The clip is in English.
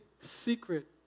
secret